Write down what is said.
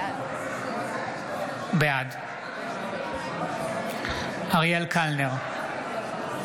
שוסטר, בעד קטי קטרין